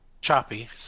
choppy